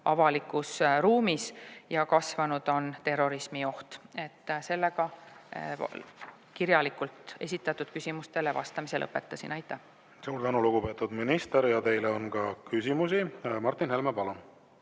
avalikus ruumis ja kasvanud on terrorismioht. Sellega ma kirjalikult esitatud küsimustele vastamise lõpetasin. Aitäh! Suur tänu, lugupeetud minister! Teile on ka küsimusi. Martin Helme, palun!